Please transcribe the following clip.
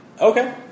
Okay